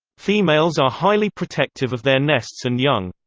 females are highly protective of their nests and young.